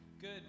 Good